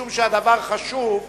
משום שהדבר חשוב,